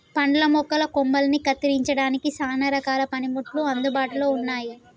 పండ్ల మొక్కల కొమ్మలని కత్తిరించడానికి సానా రకాల పనిముట్లు అందుబాటులో ఉన్నాయి